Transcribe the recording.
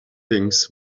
things